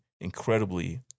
incredibly